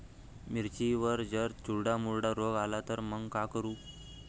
मिर्चीवर जर चुर्डा मुर्डा रोग आला त मंग का करू?